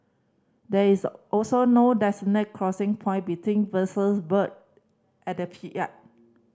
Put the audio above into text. there is also no designated crossing point between vessels berthed at the pi yard